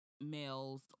males